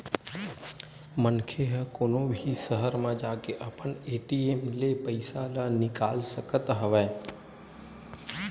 मनखे ह कोनो भी सहर म जाके अपन ए.टी.एम ले पइसा ल निकाल सकत हवय